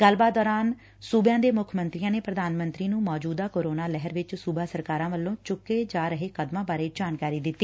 ਗੱਲਬਾਤ ਦੌਰਾਨ ਸੂਬਿਆਂ ਦੇ ਮੁੱਖ ਮੰਤਰੀਆਂ ਨੇ ਪ੍ਰਧਾਨ ਮੰਤਰੀ ਨੂੰ ਮੌਜੂਦਾ ਕੋਰੋਨਾ ਲਹਿਰ ਵਿਚ ਸੂਬਾ ਸਰਕਾਰਾਂ ਵੱਲੋਂ ਚੁੱਕੇ ਜਾ ਰਹੇ ਕਦਮਾਂ ਬਾਰੇ ਜਾਣਕਾਰੀ ਦਿਤੀ